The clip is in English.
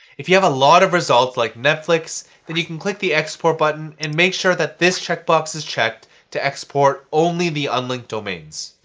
if you have a lot of results like netflix, then you can click the export button and make sure that this checkbox is checked to export only the unlinked domains.